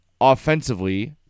offensively